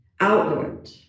outward